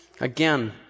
Again